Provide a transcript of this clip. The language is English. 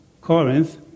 Corinth